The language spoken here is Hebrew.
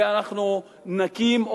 ואנחנו נקים,